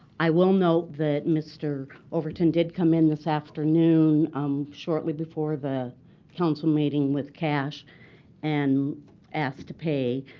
i will note that mr. overton did come in this afternoon um shortly before the council meeting with cash and asked to pay,